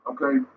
okay